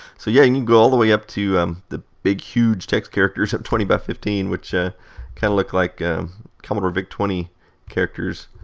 so yeah, you can go all the way up to um the big huge text characters of twenty by fifteen, which kind of look like commodore vic twenty characters.